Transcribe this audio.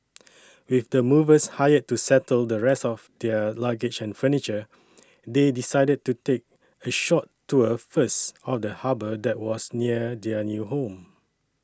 with the movers hired to settle the rest of their luggage and furniture they decided to take a short tour first of the harbour that was near their new home